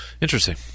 Interesting